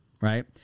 Right